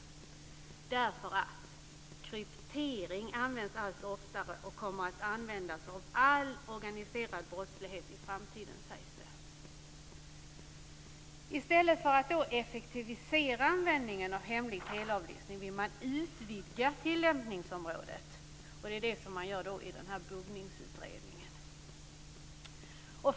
Det är för att kryptering används allt oftare och kommer att användas av all organiserad brottslighet i framtiden, sägs det. I stället för att effektivisera användningen av hemlig teleavlyssning vill man utvidga tillämpningsområdet. Det är det man gör i den här Buggningsutredningen.